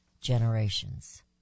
Generations